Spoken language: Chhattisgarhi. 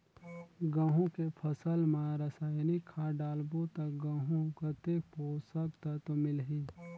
गंहू के फसल मा रसायनिक खाद डालबो ता गंहू कतेक पोषक तत्व मिलही?